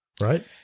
right